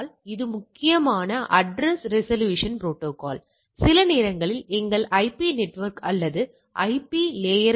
ஆனால் இது முக்கியத்துவமான வேறுபாட்டைக் கொண்டுள்ளதா அல்லது இல்லையா